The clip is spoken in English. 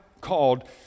called